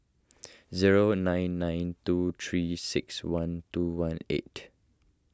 zero nine nine two three six one two one eight